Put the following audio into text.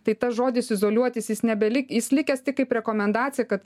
tai tas žodis izoliuotis jis nebelik jis likęs tik kaip rekomendacija kad